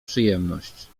przyjemność